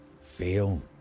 Feel